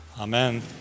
Amen